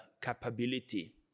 capability